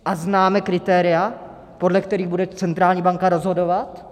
A známe kritéria, podle kterých bude centrální banka rozhodovat?